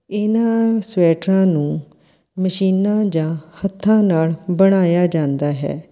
ਇਹਨਾਂ ਸਵੈਟਰਾਂ ਨੂੰ ਮਸ਼ੀਨਾਂ ਜਾਂ ਹੱਥਾਂ ਨਾਲ ਬਣਾਇਆ ਜਾਂਦਾ ਹੈ